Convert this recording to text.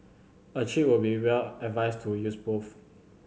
a cheat would be well advised to use both